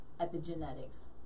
epigenetics